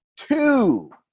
Two